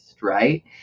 Right